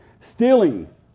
Stealing